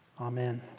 Amen